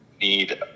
need